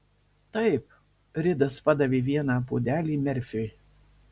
taip ridas padavė vieną puodelį merfiui